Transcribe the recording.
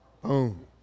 Boom